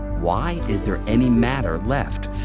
why is there any matter left?